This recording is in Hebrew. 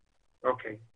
חלופה.